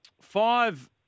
five